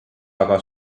aga